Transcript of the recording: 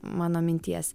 mano minties